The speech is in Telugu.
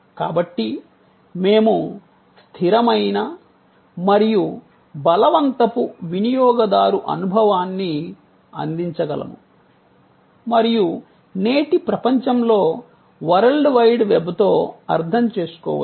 కాబట్టి మేము స్థిరమైన మరియు బలవంతపు వినియోగదారు అనుభవాన్ని అందించగలము మరియు నేటి ప్రపంచంలో వరల్డ్ వైడ్ వెబ్తో అర్థం చేసుకోవచ్చు